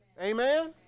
Amen